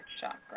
chakra